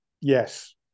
Yes